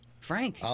Frank